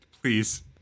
please